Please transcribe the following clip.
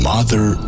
Mother